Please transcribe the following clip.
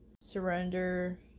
surrender